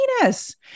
penis